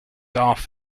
off